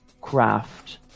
craft